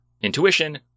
intuition